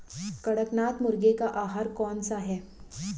कड़कनाथ मुर्गे का आहार कौन सा है?